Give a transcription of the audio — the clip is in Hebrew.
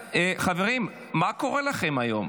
חברים, מה קורה לכם היום?